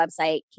website